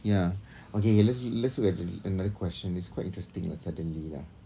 ya okay let's let's look at another question it's quite interesting like suddenly ah